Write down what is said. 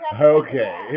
Okay